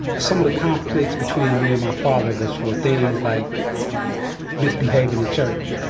some of the conflicts between me and my father was for things like misbehaving in church,